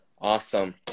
Awesome